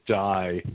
die